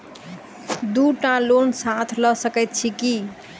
दु टा लोन साथ लऽ सकैत छी की?